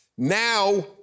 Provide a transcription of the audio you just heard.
Now